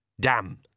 Damn